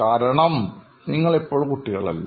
കാരണം നിങ്ങൾ ഇപ്പോൾ കുട്ടികളല്ല